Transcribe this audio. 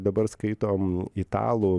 dabar skaitom italų